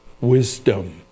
wisdom